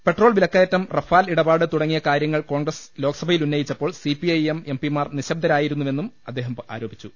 petrol വിലക്കയറ്റം Rafale ഇടപാട് തുടങ്ങിയ കാര്യ ങ്ങൾ കോൺഗ്രസ് ലോക്സഭയിൽ ഉന്നയിച്ചപ്പോൾ C P I M M പിമാർ നിശബ്ദരായിരുന്നുവെന്നും അദ്ദേഹം ആരോപിച്ചു